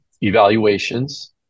evaluations